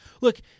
look